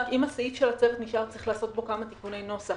אם הסעיף נשאר אז צריך לעשות בו כמה תיקוני נוסח?